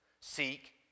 Seek